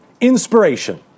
inspiration